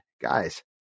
guys